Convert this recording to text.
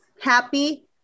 happy